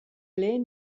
lehen